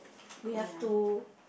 we have to